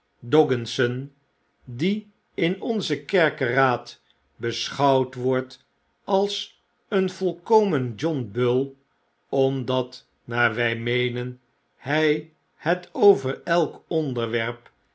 die in onzen kerkeraad beschouwd wordt als een volkomen john bull omdat naar wy meenen hij het over elk onderwerp